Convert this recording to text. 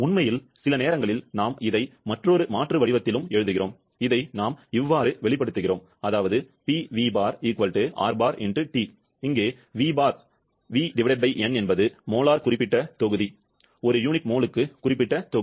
உண்மையில் சில நேரங்களில் நாம் இதை மற்றொரு மாற்று வடிவத்திலும் எழுதுகிறோம் இதை நாம் இவ்வாறு வெளிப்படுத்துகிறோம் எங்கே v bar Vn என்பது மோலார் குறிப்பிட்ட தொகுதி ஒரு யூனிட் மோலுக்கு குறிப்பிட்ட தொகுதி